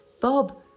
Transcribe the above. Bob